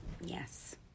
Yes